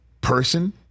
person